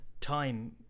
time